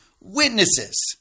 Witnesses